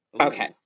Okay